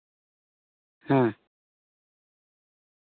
ᱦᱮᱸ